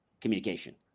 communication